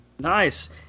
Nice